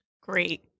Great